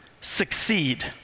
succeed